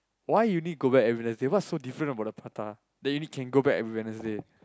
why you need go back every Wednesday what's so different about the prata that you need you can only go back every Wednesday